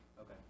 Okay